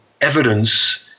evidence